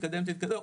זהו.